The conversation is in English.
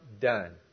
done